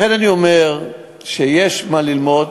לכן אני אומר שיש מה ללמוד,